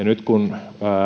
nyt kun